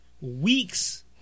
weeks